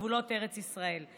בגבולות ארץ ישראל.